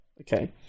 Okay